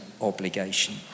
obligation